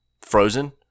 Frozen